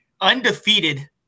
Undefeated